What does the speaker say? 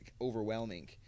overwhelming